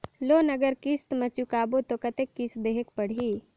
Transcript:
Loan अगर किस्त म चुकाबो तो कतेक किस्त देहेक पढ़ही?